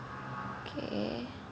okay